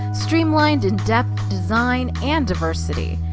streamlined in depth, design and diversity.